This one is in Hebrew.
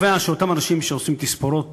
שקובעת שאותם אנשים שעושים תספורות